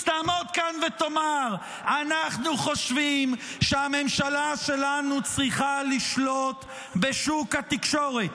תעמוד כאן ותאמר: אנחנו חושבים שהממשלה שלנו צריכה לשלוט בשוק התקשורת.